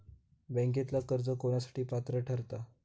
बँकेतला कर्ज कोणासाठी पात्र ठरता?